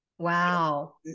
Wow